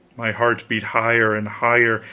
my heart beat higher and higher,